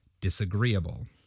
Disagreeable